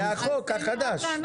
זה החוק החדש.